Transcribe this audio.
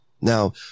Now